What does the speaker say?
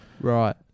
Right